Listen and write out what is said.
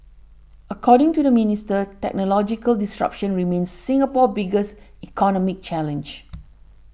according to the minister technological disruption remains Singapore's biggest economic challenge